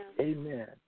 Amen